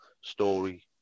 Story